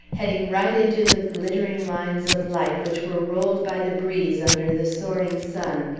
head ing right into the glittering lines of light which were rolled by the breeze under the soaring sun,